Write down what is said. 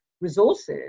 resources